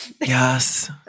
Yes